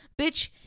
bitch